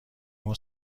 اون